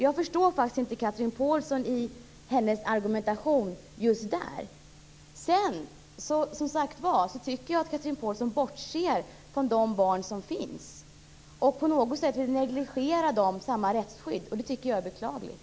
Jag förstår faktiskt inte Chatrine Pålssons argumentation just på den punkten. Vidare tycker jag att Chatrine Pålsson bortser från de barn som finns och på något sätt vill negligera samma rättsskydd för dem. Jag tycker att det är beklagligt.